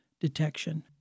detection